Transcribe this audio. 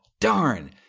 darn